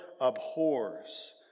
abhors